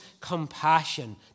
compassion